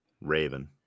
Raven